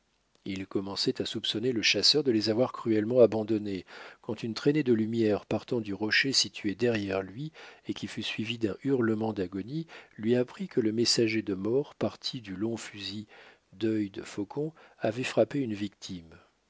il commençait à soupçonner le chasseur de les avoir cruellement abandonnés quand une traînée de lumière partant du rocher situé derrière lui et qui fut suivie d'un hurlement d'agonie lui apprit que le messager de mort parti du long fusil dœil de faucon avait frappé une victime